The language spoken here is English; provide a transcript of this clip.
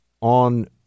on